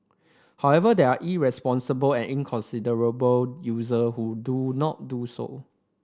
however there are irresponsible and inconsiderable user who do not do so